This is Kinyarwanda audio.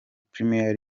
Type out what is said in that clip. premier